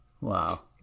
Wow